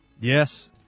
Yes